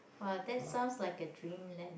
!wah! that sounds like a dreamland